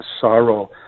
sorrow